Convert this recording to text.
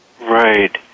Right